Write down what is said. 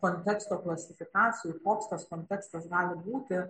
konteksto klasifikacijų koks tas kontekstas gali būti